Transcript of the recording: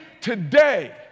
today